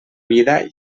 vida